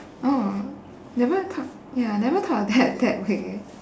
oh never thought ya never thought of that that way